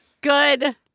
good